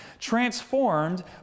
transformed